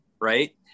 right